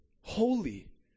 holy